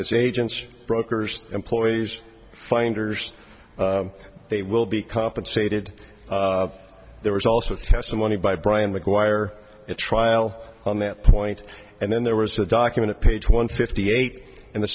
as agents brokers employees finders they will be compensated there was also testimony by brian mcguire at trial on that point and then there was the document page one fifty eight and